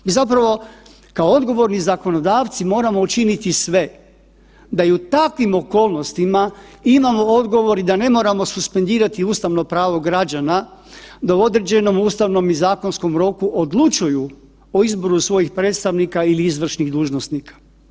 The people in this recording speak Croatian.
Mi zapravo kao odgovorni zakonodavci moramo učiniti svi da i u takvim okolnostima imamo odgovor i da ne moramo suspendirati ustavno pravo građana da u određenom ustavnom i zakonskom roku odlučuju o izboru svojih predstavnika ili izvršnih dužnosnika.